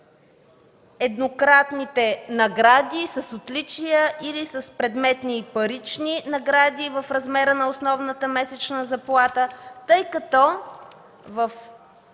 еднократните награди с отличия или с предметни и парични награди в размера на основната месечна заплата, тъй като в